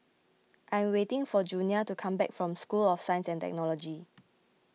I am waiting for Junia to come back from School of Science and Technology